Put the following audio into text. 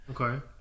okay